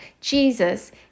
Jesus